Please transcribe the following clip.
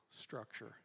structure